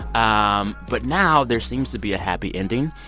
um but now there seems to be a happy ending.